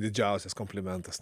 didžiausias komplimentas